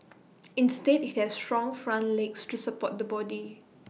instead IT has strong front legs to support the body